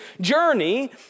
journey